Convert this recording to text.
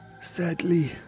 Sadly